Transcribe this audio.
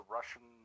Russian